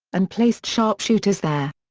and placed sharpshooters there.